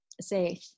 Say